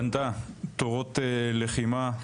בנתה תורות לחימה,